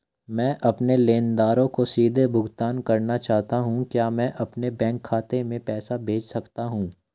मैं अपने लेनदारों को सीधे भुगतान करना चाहता हूँ क्या मैं अपने बैंक खाते में पैसा भेज सकता हूँ?